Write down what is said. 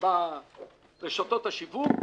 ברשתות השיווק,